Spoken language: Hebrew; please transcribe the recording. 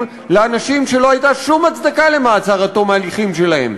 לאנשים שלא הייתה שום הצדקה למעצר עד תום ההליכים שלהם.